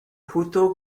hutu